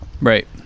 Right